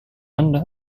anda